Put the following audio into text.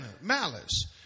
malice